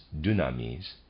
dunamis